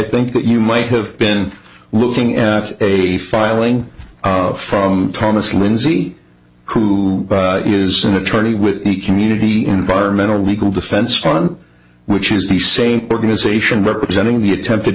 think that you might have been looking at a filing of from thomas lindsay who is an attorney with the community environmental legal defense fund which is the same organization representing the attempted